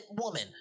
woman